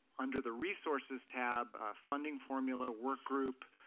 under the resources tab funding formula work group.